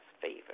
favor